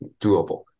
doable